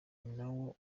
nawo